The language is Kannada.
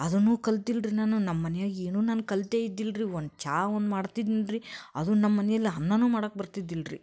ಅದನ್ನೂ ಕಲ್ತಿಲ್ಲ ರೀ ನಾನು ನಮ್ಮ ಮನೆಯಾಗ ಏನೂ ನಾನು ಕಲಿತೇ ಇದ್ದಿಲ್ಲ ರೀ ಒಂದು ಚಾ ಒಂದು ಮಾಡ್ತಿದ್ನ್ ರೀ ಅದೂ ನಮ್ಮ ಮನೇಲಿ ಅನ್ನನೂ ಮಾಡಕ್ಕೆ ಬರ್ತಿದ್ದಿಲ್ಲ ರೀ